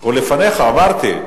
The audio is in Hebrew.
הוא לפניך, אמרתי.